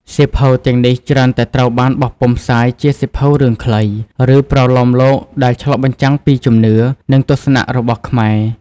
សៀវភៅទាំងនេះច្រើនតែត្រូវបានបោះពុម្ពផ្សាយជាសៀវភៅរឿងខ្លី ឬប្រលោមលោកដែលឆ្លុះបញ្ចាំងពីជំនឿ និងទស្សនៈរបស់ខ្មែរ។